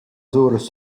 suurus